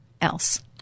else